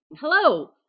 Hello